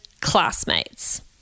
classmates